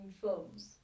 films